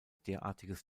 derartiges